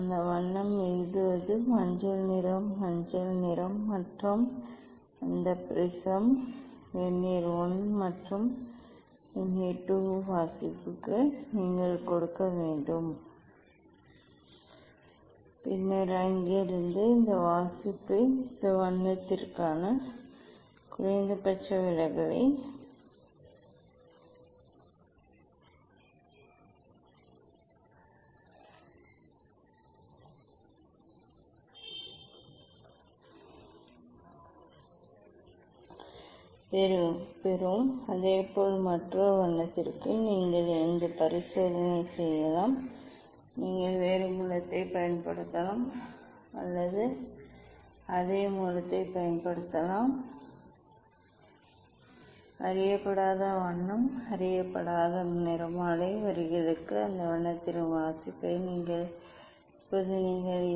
அந்த வண்ணம் எழுதுவது மஞ்சள் நிற மஞ்சள் நிறம் மற்றும் அந்த ப்ரிஸம் வெர்னியர் I மற்றும் வெர்னியர் II வாசிப்புக்கு நீங்கள் எடுக்க வேண்டும் பின்னர் அங்கிருந்து இந்த வாசிப்பு இந்த வண்ணத்திற்கான குறைந்தபட்ச விலகலைப் பெறும் அதேபோல் மற்றொரு வண்ணத்திற்கும் நீங்கள் இந்த பரிசோதனையைச் செய்யலாம் நீங்கள் வேறு மூலத்தைப் பயன்படுத்தலாம் அல்லது அதே மூலத்தைப் பயன்படுத்தலாம் அறியப்படாத வண்ணம் அறியப்படாத நிறமாலை வரிகளுக்கு அந்த வண்ணத்திற்கான வாசிப்பை இங்கே எடுத்துக் கொள்ளுங்கள் விலகல் குறைந்தபட்ச விலகல் அல்ல என்பதை நீங்கள் காணலாம்